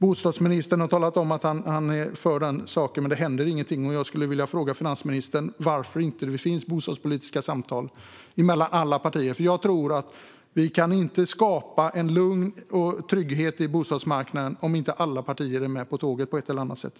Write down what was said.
Bostadsministern har talat om att han är för den saken, men det händer ingenting. Varför förs inte bostadspolitiska samtal, finansministern, mellan alla partier? Vi kan inte skapa en lugn och trygg bostadsmarknad om inte alla partier är med på tåget på ett eller annat sätt.